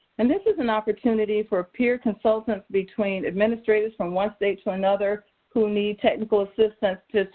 and this is an opportunity for peer consultants between administrators from one state to another who need technical assistance to,